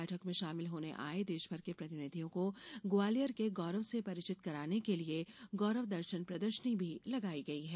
बैठक में शामिल होने आए देषभर के प्रतिनिधियों को ग्वालियर के गौरव से परिचित कराने के लिए गौरव दर्शन प्रदर्शनी भी लगाई गई है